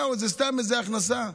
זה סתם איזה הכנסה.